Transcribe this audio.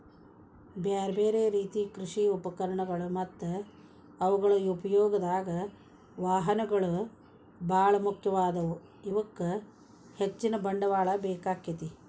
ಬ್ಯಾರ್ಬ್ಯಾರೇ ರೇತಿ ಕೃಷಿ ಉಪಕರಣಗಳು ಮತ್ತ ಅವುಗಳ ಉಪಯೋಗದಾಗ, ವಾಹನಗಳು ಬಾಳ ಮುಖ್ಯವಾದವು, ಇವಕ್ಕ ಹೆಚ್ಚಿನ ಬಂಡವಾಳ ಬೇಕಾಕ್ಕೆತಿ